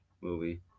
movie